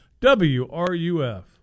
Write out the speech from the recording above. WRUF